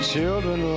children